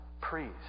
priest